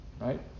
Right